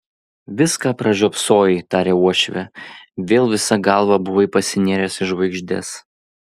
viską pražiopsojai tarė uošvė vėl visa galva buvai pasinėręs į žvaigždes